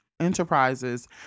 enterprises